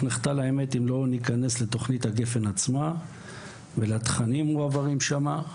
נחטא לאמת אם לא ניכנס לתוכנית גפ"ן עצמה ולתכנים המועברים שם.